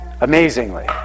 amazingly